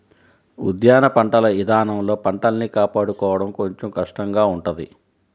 ఉద్యాన పంటల ఇదానంలో పంటల్ని కాపాడుకోడం కొంచెం కష్టంగా ఉంటది